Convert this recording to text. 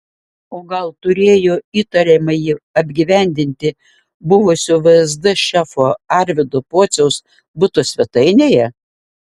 o gal turėjo įtariamąjį apgyvendinti buvusio vsd šefo arvydo pociaus buto svetainėje